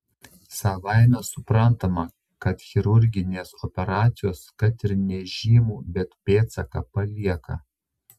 savaime suprantama kad chirurginės operacijos kad ir nežymų bet pėdsaką palieka